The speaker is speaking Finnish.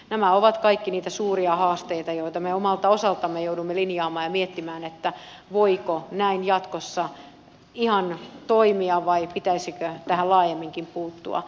nämä ovat kaikki niitä suuria haasteita joita me omalta osaltamme joudumme linjaamaan ja miettimään voiko näin jatkossa ihan toimia vai pitäisikö tähän laajemminkin puuttua